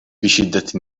بشدة